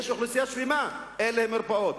יש אוכלוסייה שלמה שאין לה מרפאות.